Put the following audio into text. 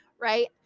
right